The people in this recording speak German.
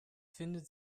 findet